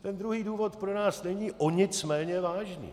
Ten druhý důvod pro nás není o nic méně vážný.